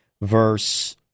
verse